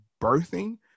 birthing